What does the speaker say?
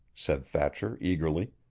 said thatcher eagerly.